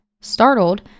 Startled